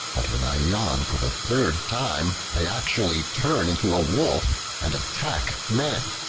that when i yawn for the third time, i actually turn into a wolf and attack men.